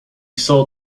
sold